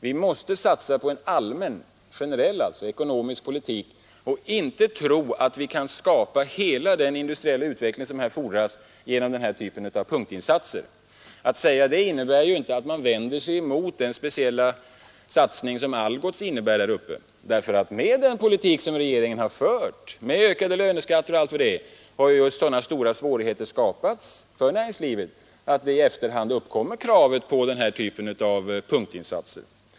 Vi måste satsa på en generell ekonomisk politik och får inte tro att vi kan skapa hela den industriella utveckling som fordras genom den här typen av punktinsatser. Att säga det innebär ju inte att man vänder sig emot den speciella satsning som Algots innebär där uppe, därför att med den politik som regeringen har fört, med ökande löneskatter m.m., har så stora svårigheter skapats för näringslivet att det i efterhand uppkommer krav på denna typ av punktinsatser.